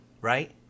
right